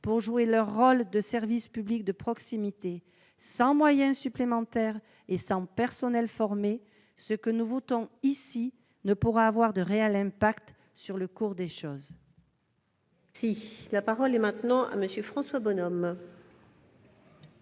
pour jouer leur rôle de service public de proximité. Sans moyens supplémentaires, sans personnels formés, ce que nous votons ici ne pourra pas avoir de réel impact sur le cours des choses. La parole est à M. François Bonhomme,